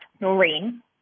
Noreen